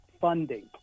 funding